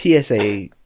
PSA